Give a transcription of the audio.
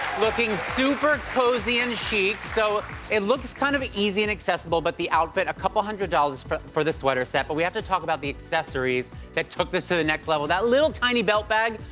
looking super cozy and chic. so it looks kind of easy and accessible but the outfit, a couple hundred dollars for for the sweater set, but we have to talk about the accessories that took this to the next level. that little tiny belt bag,